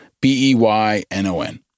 B-E-Y-N-O-N